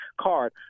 card